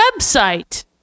website